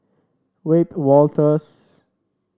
Wiebe Wolters